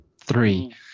Three